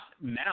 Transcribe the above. now